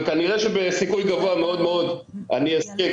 וכנראה שבסיכוי מאוד מאוד גבוה אני אזכה,